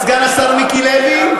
סגן השר מיקי לוי,